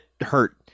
hurt